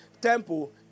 temple